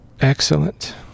excellent